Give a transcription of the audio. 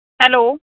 hello